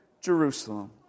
Jerusalem